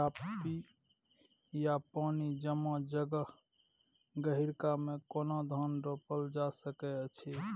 चापि या पानी जमा जगह, गहिरका मे केना धान रोपल जा सकै अछि?